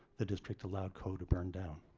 the district allowed coe to burn down.